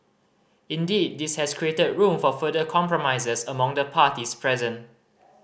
indeed this has created room for further compromises among the parties present